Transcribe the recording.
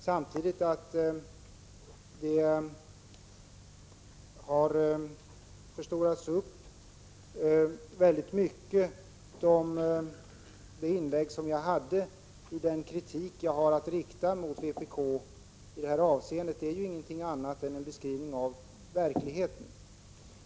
Samtidigt menar jag att den kritik i det här avseendet som jag framfört mot vpk i mitt anförande har framställts på ett överdrivet sätt. Det var ju inte fråga om något annat än en beskrivning av verkligheten.